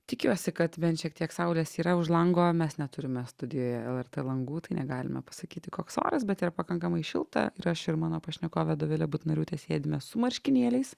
tikiuosi kad bent šiek tiek saulės yra už lango mes neturime studijoje lrt langų tai negalime pasakyti koks oras bet yra pakankamai šilta ir aš ir mano pašnekovė dovilė butnoriūtė sėdime su marškinėliais